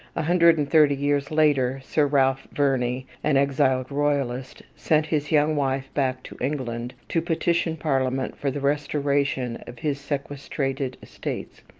a hundred and thirty years later, sir ralph verney, an exiled royalist, sent his young wife back to england to petition parliament for the restoration of his sequestrated estates.